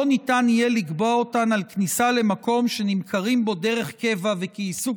ולא ניתן יהיה לקבוע אותן על כניסה למקום שנמכרים בו דרך קבע וכעיסוק